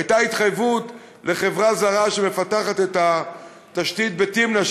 הייתה התחייבות לחברה זרה שמפתחת את התשתית בתמנע,